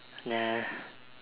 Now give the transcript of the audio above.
nah